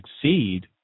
succeed